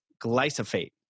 glyphosate